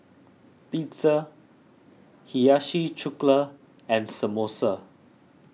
Pizza Hiyashi Chuka and Samosa